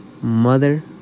Mother